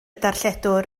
darlledwr